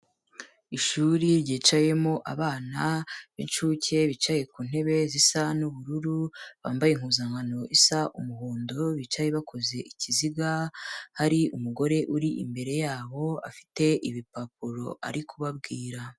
Ishuri ryicayemo abana b'incuke bicaye ku ntebe zisa n'ubururu, bambaye impuzankano isa umuhondo bicaye bakoze ikiziga, hari umugore uri imbere yabo afite ibipapuro ari kubabwira.